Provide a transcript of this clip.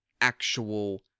actual